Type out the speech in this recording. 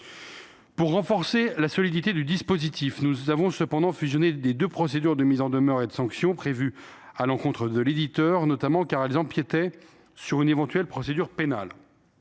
Pour renforcer la solidité du dispositif, nous avons cependant fusionné les deux procédures de mise en demeure et de sanction prévues à l’encontre de l’éditeur, notamment parce qu’elles empiétaient sur une éventuelle procédure pénale.